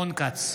רון כץ,